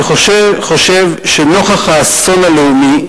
אני חושב שנוכח האסון הלאומי,